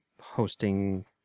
hosting